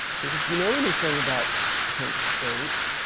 cause if you know anything about kent state,